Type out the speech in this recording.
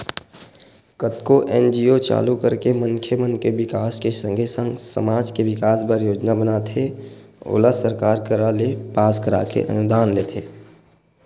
कतको एन.जी.ओ चालू करके मनखे मन के बिकास के संगे संग समाज के बिकास बर योजना बनाथे ओला सरकार करा ले पास कराके अनुदान लेथे